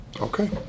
okay